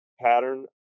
pattern